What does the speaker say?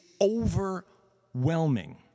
overwhelming